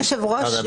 אדוני היושב-ראש,